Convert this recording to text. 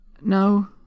No